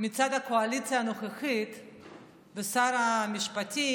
מצד הקואליציה הנוכחית ושר המשפטים